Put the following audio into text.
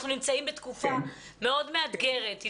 אנחנו נמצאים בתקופה מאוד מאתגרת.